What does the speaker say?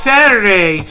Saturday